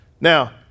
Now